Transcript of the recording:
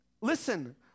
listen